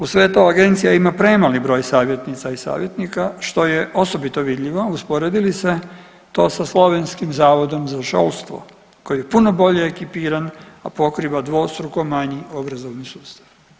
Uz sve to agencija ima premali broj savjetnica i savjetnika što je osobito vidljivo usporedi li se to sa Slovenskim zavodom za žolstvo koji je puno bolje ekipiran, a pokriva dvostruko manji obrazovani sustav.